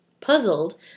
Puzzled